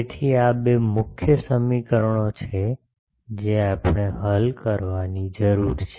તેથી આ બે મુખ્ય સમીકરણો છે જે આપણે હલ કરવાની જરૂર છે